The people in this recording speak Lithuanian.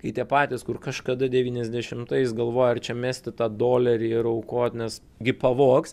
kai tie patys kur kažkada devyniasdešimtais galvojo ar čia mesti tą dolerį ir aukot nes gi pavogs